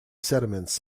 sediments